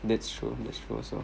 that's true that's true also